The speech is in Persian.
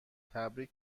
تبریک